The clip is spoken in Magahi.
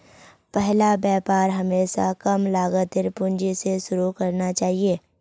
पहला व्यापार हमेशा कम लागतेर पूंजी स शुरू करना चाहिए